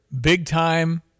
big-time